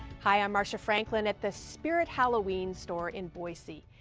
hi, i'm marcia franklin at the spirit halloween store in boise.